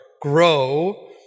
grow